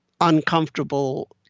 uncomfortable